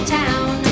town